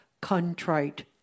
contrite